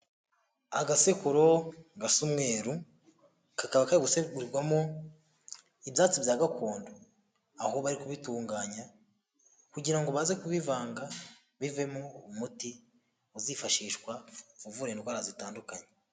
Agasekuru gasa umweru, kakaba kari gusekurirwamo ibyatsi bya gakondo, aho bari kubitunganya kugirango ngo baze kubivanga, bivemo umuti uzifashishwa, uvura indwara zitandukanye.